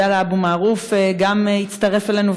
עבדאללה אבו מערוף הצטרף אלינו,